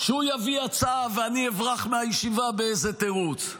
שהוא יביא הצעה ואני אברח מהישיבה באיזה תירוץ,